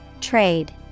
Trade